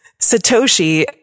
Satoshi